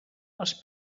els